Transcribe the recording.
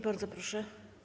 Bardzo proszę.